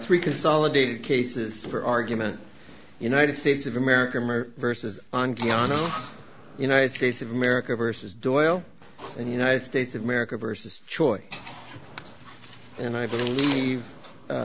three consolidated cases for argument united states of america versus anguiano united states of america versus doyle and united states of america versus choice and i believe